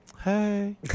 Hey